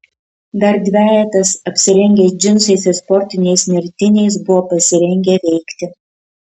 dar dvejetas apsirengę džinsais ir sportiniais nertiniais buvo pasirengę veikti